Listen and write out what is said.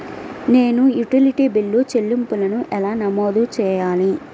నేను utility bill చెల్లింపులను ఎలా నమోదు చేయాలి?